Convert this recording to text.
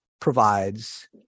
provides